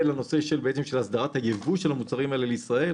ולהסדרת הייבוא של המוצרים האלה לישראל,